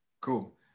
Cool